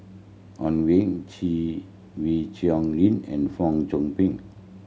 Owyang Chi Wee Chong Jin and Fong Chong Pik